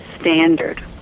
standard